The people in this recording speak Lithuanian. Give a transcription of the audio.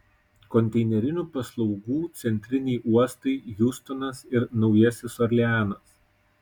konteinerinių paslaugų centriniai uostai hjustonas ir naujasis orleanas